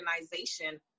organization